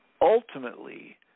ultimately